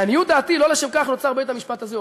לעניות דעתי, לא לשם כך נוצר בית-המשפט הזה".